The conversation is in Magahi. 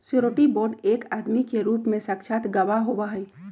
श्योरटी बोंड एक आदमी के रूप में साक्षात गवाह होबा हई